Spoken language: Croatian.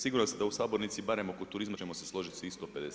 Siguran sam da u sabornici barem oko turizma ćemo se složiti svih 151.